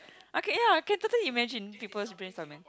I can ya I can totally imagine people brainstorming